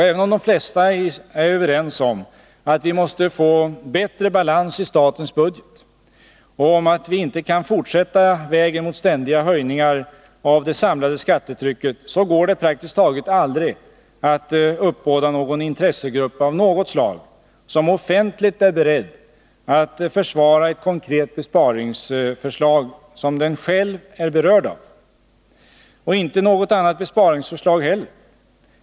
Även om de flesta är överens om att vi måste få bättre balans i statens budget och om att vi inte kan fortsätta vägen med ständiga höjningar av det samlade skattetrycket, så går det praktiskt taget aldrig att uppbåda någon intressegrupp av något slag, som offentligt är beredd att försvara ett konkret besparingsförslag som den själv är berörd av; och inte något annat besparingsförslag heller.